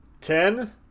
Ten